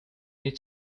need